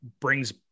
brings